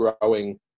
growing